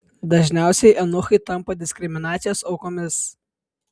dažniausiai eunuchai tampa diskriminacijos aukomis